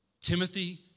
Timothy